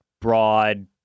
broad